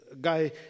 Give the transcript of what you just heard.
guy